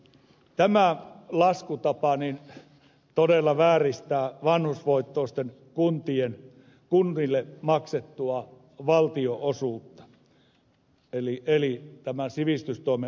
tämä laskutapa todella vääristää vanhusvoittoisille kunnille maksettua valtionosuutta sivistystoimen osalta